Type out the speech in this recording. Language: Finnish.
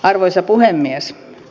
arvoisa puhemies